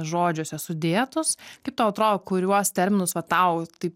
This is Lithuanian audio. žodžiuose sudėtus kaip tau atrodo kuriuos terminusva tau taip